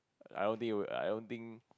I don't think it will I don't think